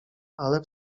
ale